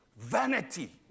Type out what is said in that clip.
vanity